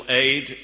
aid